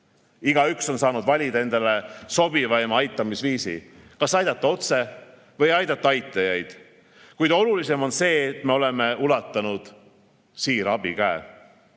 on saanud valida endale sobivaima aitamisviisi – kas aidata otse või aidata aitajaid. Kõige olulisem on aga see, et me oleme ulatanud siira abikäe.